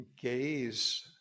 gaze